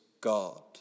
God